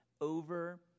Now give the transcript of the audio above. over